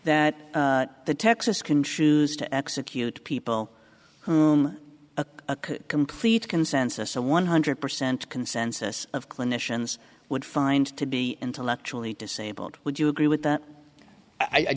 that the texas can choose to execute people whom a complete consensus a one hundred percent consensus of clinicians would find to be intellectually disabled would you agree with that i